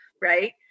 right